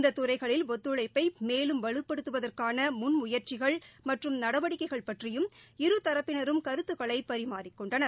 இந்ததுறைகளில் ஒத்துழைப்பைமேலும் வலுப்படுத்துதற்கானமுன் முயற்சிகள் மற்றும் நடவடிக்கைகள் பற்றியும் இருதரப்பினரும் கருத்துக்களைபரிமாறிக் கொண்டனர்